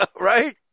right